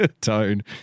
tone